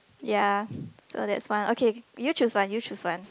ya so that's why okay you choose one you choose one